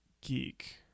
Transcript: Geek